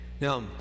now